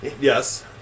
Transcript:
Yes